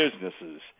businesses